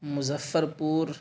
Muzaffarpur